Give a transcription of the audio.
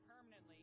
permanently